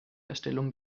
erstellung